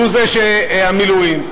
והוא שהמילואים,